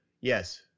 yes